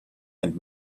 and